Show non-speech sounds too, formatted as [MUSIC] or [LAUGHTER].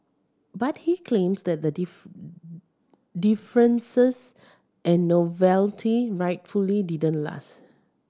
but he claims that the [UNINTELLIGIBLE] deferences and novelty rightfully didn't last